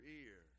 ear